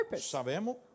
Sabemos